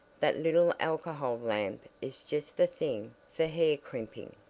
that little alcohol lamp is just the thing for hair crimping.